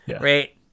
Right